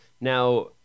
Now